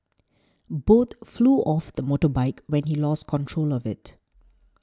both flew off the motorbike when he lost control of it